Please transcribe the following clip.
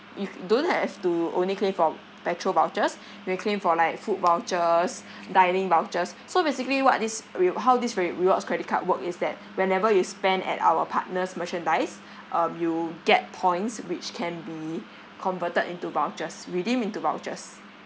you c~ don't have to only claim for petrol vouchers you can claim for like food vouchers dining vouchers so basically what this rew~ how this rew~ rewards credit card work is that whenever you spend at our partners merchandise um you get points which can be converted into vouchers redeem into vouchers